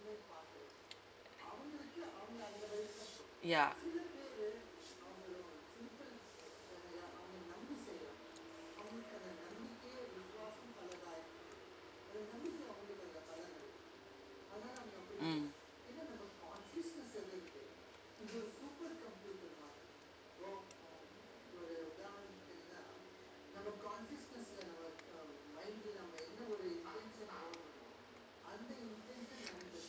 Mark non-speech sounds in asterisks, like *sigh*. *noise* yeah *noise* mm